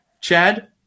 Chad